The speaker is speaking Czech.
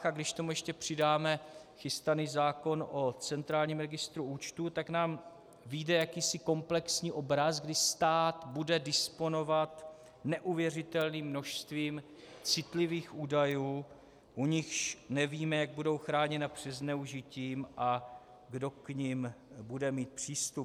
A když k tomu ještě přidáme chystaný zákon o centrálním registru účtů, tak nám vyjde jakýsi komplexní obraz, kdy stát bude disponovat neuvěřitelným množstvím citlivých údajů, u nichž nevíme, jak budou chráněny před zneužitím a kdo k nim bude mít přístup.